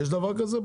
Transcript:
יש דבר כזה?